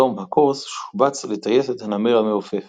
בתום הקורס שובץ לטייסת הנמר המעופף.